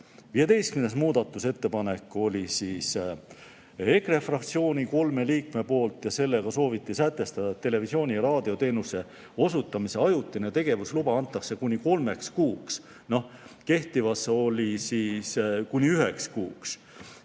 15. muudatusettepanek oli EKRE fraktsiooni kolme liikme esitatud ja sellega sooviti sätestada, et televisiooni- ja raadioteenuse osutamise ajutine tegevusluba antakse kuni kolmeks kuuks. Seni on kuni üheks kuuks.